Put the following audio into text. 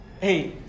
hey